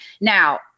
Now